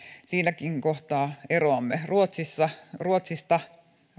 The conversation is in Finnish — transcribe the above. siinäkin kohtaa eroamme ruotsista